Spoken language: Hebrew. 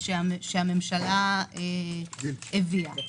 ושהממשלה הביאה.